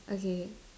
okay